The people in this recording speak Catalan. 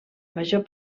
major